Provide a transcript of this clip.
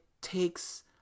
takes